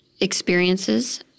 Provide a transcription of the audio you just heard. experiences